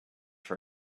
for